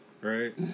right